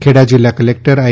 ખેડા જિલ્લા કલેક્ટર આઈ